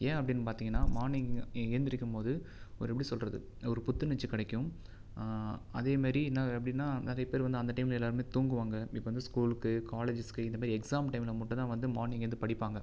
ஏன் அப்படின்னு பார்த்திங்கன்னா மார்னிங் எழுந்திரிக்கும் போது ஒரு எப்படி சொல்லுறது ஒரு புத்துணர்ச்சி கிடைக்கும் அதேமாரி நான் எப்படின்னா நிறைய பேர் வந்து அந்த டைம்மில் எல்லாருமே தூங்குவாங்க இப்போ வந்து ஸ்கூலுக்கு காலேஜ்ஜஸ்க்கு இதுமாதிரி எக்ஸாம் டைம்மில் மட்டும்தான் மார்னிங் எழுந்து படிப்பாங்க